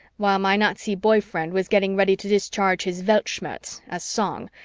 while my nazi boy friend was getting ready to discharge his weltschmerz as song,